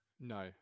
No